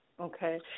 Okay